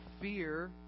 fear